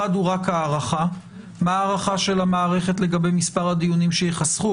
אחד הוא מה ההערכה של המערכת לגבי מספר הדיונים שייחסכו?